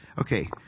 Okay